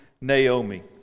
Naomi